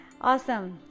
Awesome